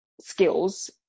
skills